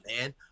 man